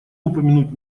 упомянуть